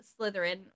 Slytherin